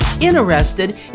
interested